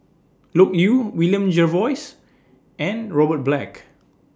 Loke Yew William Jervois and Robert Black